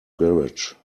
garage